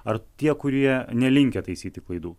ar tie kurie nelinkę taisyti klaidų